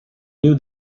knew